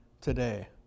today